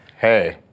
Hey